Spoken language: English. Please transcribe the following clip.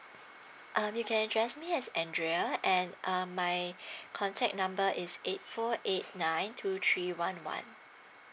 err you can address me as andrea and um my contact number is eight four eight nine two three one one